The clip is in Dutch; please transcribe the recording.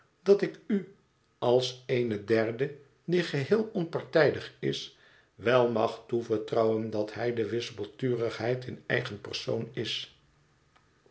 dat ik u als eene derde die geheel onpartijdig is wel mag toevertrouwen dat hij de wispelturigheid in eigen persoon is